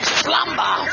slumber